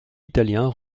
italien